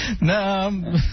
No